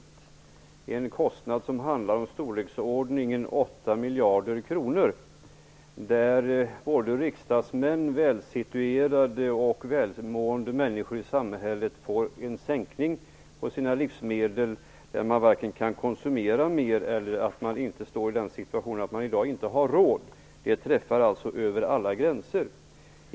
Det är en kostnad som är i storleksordningen 8 miljarder kronor. Såväl riksdagsmän som välsituerade och välmående människor i samhället får en sänkning av livsmedelspriserna, trots att man inte kan konsumera mer eller inte befinner sig i situationen att man inte har råd. Momssänkningen träffar alltså över alla gränser.